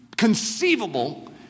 Conceivable